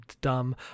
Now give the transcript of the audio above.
dumb